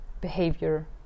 behavior